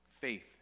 Faith